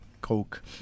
coke